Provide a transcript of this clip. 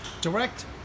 direct